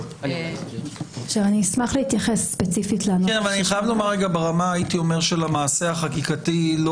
אני חייב לומר ברמה של המעשה החקיקתי,